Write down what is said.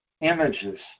images